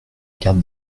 garde